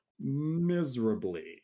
miserably